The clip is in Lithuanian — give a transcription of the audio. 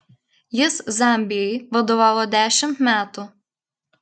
jis zambijai vadovavo dešimt metų